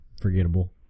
forgettable